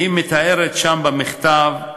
והיא מתארת שם, במכתב,